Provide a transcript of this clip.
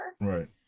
Right